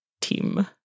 team